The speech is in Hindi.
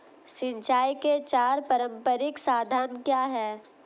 सिंचाई के चार पारंपरिक साधन क्या हैं?